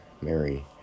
Mary